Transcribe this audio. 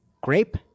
Grape